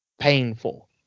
painful